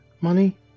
money